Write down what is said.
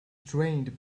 drained